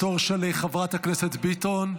התור של חברת הכנסת ביטון,